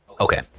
Okay